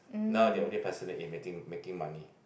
now they only passionate in making making money